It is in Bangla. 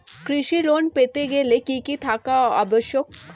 কৃষি ঋণ পেতে গেলে কি কি থাকা আবশ্যক?